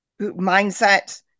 mindset